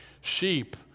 Sheep